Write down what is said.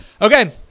okay